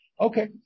Okay